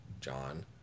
John